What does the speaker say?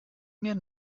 mir